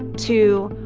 to,